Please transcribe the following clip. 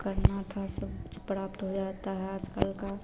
करना था सब कुछ प्राप्त हो जाता है आज कल